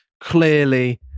clearly